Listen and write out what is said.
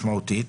משמעותית.